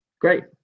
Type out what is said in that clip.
Great